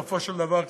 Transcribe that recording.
בסופו של דבר,